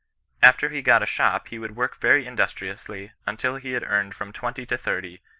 after he got a shop he would work very industriously until he had earned from twenty to thirty,